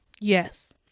yes